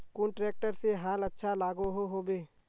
कुन ट्रैक्टर से हाल अच्छा लागोहो होबे?